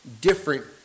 different